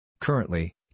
Currently